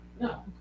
No